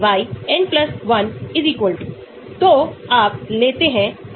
तो X electron दान की दर कम हो जाती है क्योंकि सिग्मा 1 नकारात्मक है